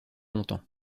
longtemps